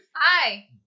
Hi